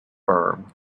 firm